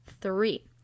Three